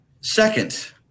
Second